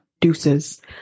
deuces